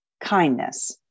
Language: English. Kindness